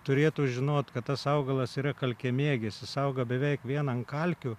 turėtų žinot kad tas augalas yra kalkiamėgis jisai auga beveik vien ant kalkių